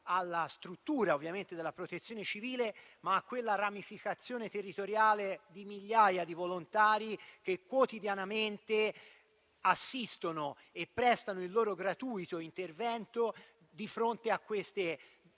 alla struttura della Protezione civile - quella ramificazione territoriale di migliaia di volontari che quotidianamente assistono e prestano il loro gratuito intervento di fronte a queste